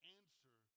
answer